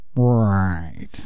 Right